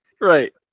Right